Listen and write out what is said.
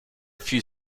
few